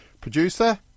producer